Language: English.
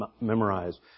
memorize